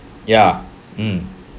ya mm